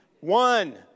One